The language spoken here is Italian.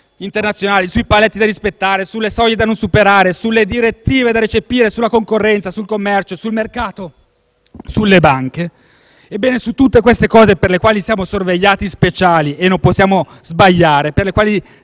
internazionali, sui paletti da rispettare, sulle soglie da non superare, sulle direttive da recepire, sulla concorrenza, sul commercio, sul mercato, sulle banche, su tutte queste cose per le quali siamo sorvegliati speciali e non possiamo sbagliare e per le quali